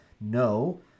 No